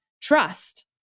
trust